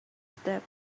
step